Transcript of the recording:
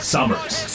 Summers